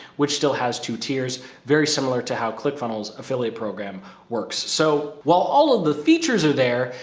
which still has two tiers, very similar to how click funnels affiliate program works. so while all of the features are there,